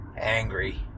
angry